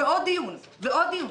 ועוד דיון, ועוד דיון.